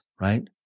right